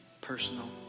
personal